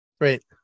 right